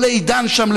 או לעידן שם,